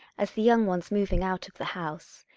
as the young one's moving out of the house.